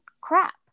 crap